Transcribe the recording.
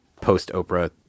post-Oprah